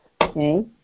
Okay